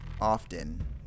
often